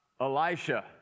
Elisha